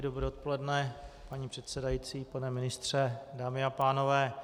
Dobré odpoledne, paní předsedající, pane ministře, dámy a pánové.